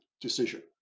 decision